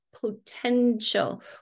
potential